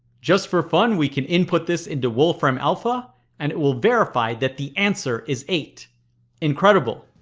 just for fun we can input this into wolfram alpha and it will verify that the answer is eight incredible